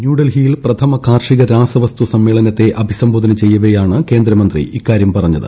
ന്യൂഡൽഹിയിൽ പ്രഥമ കാർഷിക രാസവസ്തു സമ്മേളനത്തെ അഭിസംബോധന ചെയ്യവേയാണ് കേന്ദ്രമന്ത്രി ഇക്കാര്യം പറഞ്ഞത്